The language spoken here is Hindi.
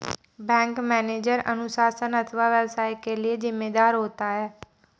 बैंक मैनेजर अनुशासन अथवा व्यवसाय के लिए जिम्मेदार होता है